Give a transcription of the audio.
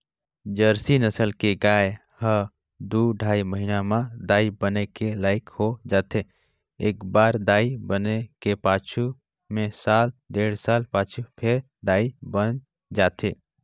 Jersey नसल के गाय ह दू ढ़ाई महिना म दाई बने के लइक हो जाथे, एकबार दाई बने के पाछू में साल डेढ़ साल पाछू फेर दाई बइन जाथे